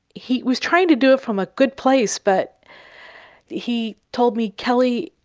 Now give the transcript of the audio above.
he was trying to do it from a good place, but he told me, kelly,